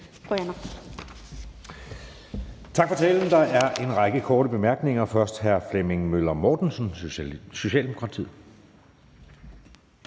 Tak for talen. Der er en række korte bemærkninger. Først er det fra hr. Flemming Møller Mortensen, Socialdemokratiet.